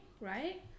right